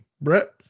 Brett